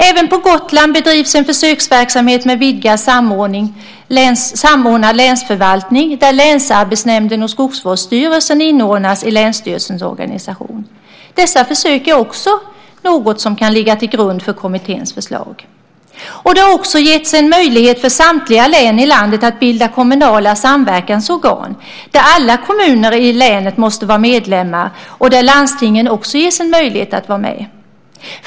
Även på Gotland bedrivs en försöksverksamhet med vidgad samordnad länsförvaltning där länsarbetsnämnden och skogsvårdsstyrelsen inordnas i länsstyrelsens organisation. Dessa försök är också något som kan ligga till grund för kommitténs förslag. Det har också getts en möjlighet för samtliga län i landet att bilda kommunala samverkansorgan där alla kommuner i länet måste vara medlemmar och där landstingen också ges en möjlighet att vara med.